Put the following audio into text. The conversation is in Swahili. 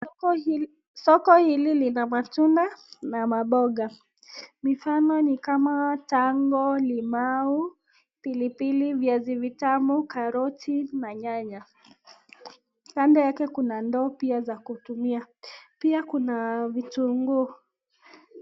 Soko hili lina matunda na mamboga, mifano ni kama tango, limau, pilipili, viazi vitamu, karoti na nyanya. Kando yake kuna ndoo pia za kutumia, pia kuna vitunguu.